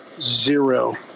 zero